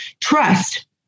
trust